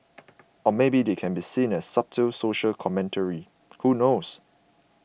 or maybe that can be seen as subtle social commentary who knows